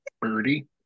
Birdie